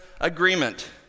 agreement